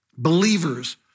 believers